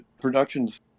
production's